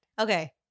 Okay